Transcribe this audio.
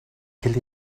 quel